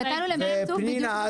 פנינה,